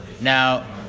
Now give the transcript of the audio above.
Now